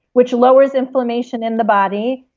which lowers inflammation in the body.